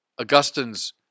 Augustine's